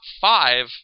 five